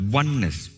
oneness